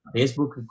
Facebook